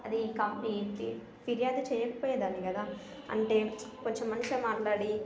అది కాపీ పి ఫిర్యాదు చెయ్యకపోయేదాన్ని కదా అంటే కొంచెం మంచిగా మాట్లాడి